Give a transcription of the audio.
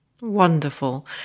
Wonderful